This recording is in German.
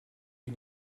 die